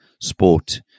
sport